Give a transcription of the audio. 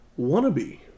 Wannabe